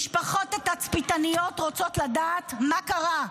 משפחות התצפיתניות רוצות לדעת מה קרה,